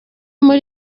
muri